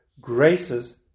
graces